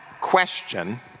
question